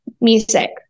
music